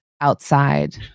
outside